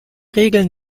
regeln